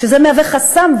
שזה מהווה חסם,